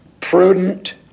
prudent